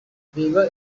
reba